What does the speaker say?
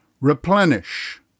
replenish